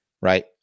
right